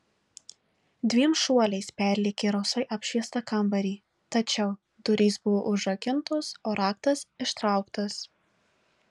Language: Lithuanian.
dviem šuoliais perlėkė rausvai apšviestą kambarį tačiau durys buvo užrakintos o raktas ištrauktas